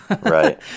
Right